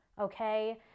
okay